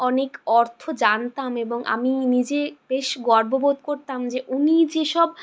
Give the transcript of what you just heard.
অনেক অর্থ জানতাম এবং আমি নিজে বেশ গর্ব বোধ করতাম যে উনি যেসব